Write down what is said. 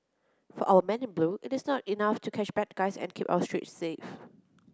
for our men in blue it's not enough to catch bad guys and keep our streets safe